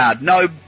No